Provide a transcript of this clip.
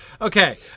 Okay